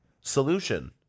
solution